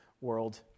world